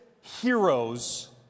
heroes